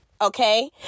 Okay